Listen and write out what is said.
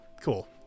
Cool